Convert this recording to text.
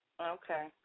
Okay